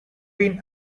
been